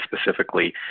specifically